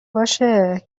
باشه